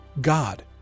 God